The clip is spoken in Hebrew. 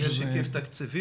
יש היקף תקציבי?